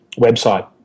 website